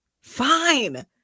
fine